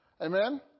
Amen